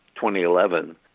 2011